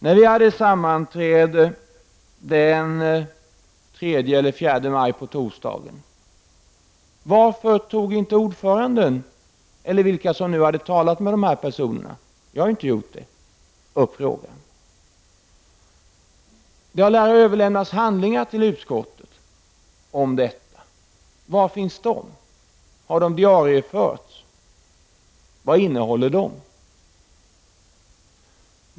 När vi sammanträdde torsdagen den 3 maj tog inte ordföranden, eller övriga som hade talat med personerna ifråga, upp saken. Jag hade ju inte talat med dem. Det lär ha överlämnats handlingar till utskottet om detta. Var finns de? Har de diarieförts och vad innehåller de?